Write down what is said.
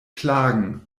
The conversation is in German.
klagen